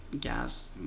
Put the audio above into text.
gas